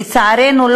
לצערנו,